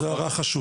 זו הערה חשובה.